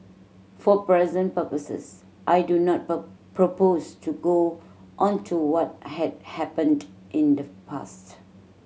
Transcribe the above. for present purposes I do not propose to go into what had happened in the past